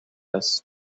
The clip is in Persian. است